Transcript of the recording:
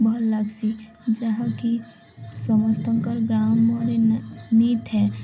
ଭଲ ଲାଗ୍ସି ଯାହାକି ସମସ୍ତଙ୍କ ଗ୍ରାମରେ ନେଇଥାଏ